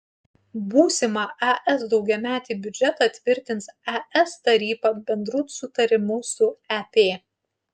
būsimą es daugiametį biudžetą tvirtins es taryba bendru sutarimu su ep